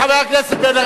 חבר הכנסת בן-ארי.